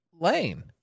Lane